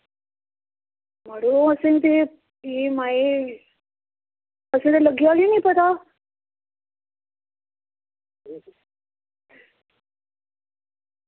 ओह् असेंगी ते एह् माए असेंगी ते लग्गेआ गै नेईं पता